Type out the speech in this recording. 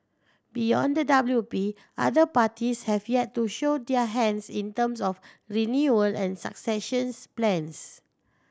beyond the W P other parties have yet to show their hands in terms of renewal and successions plans